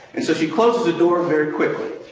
and so she closes the door very quickly.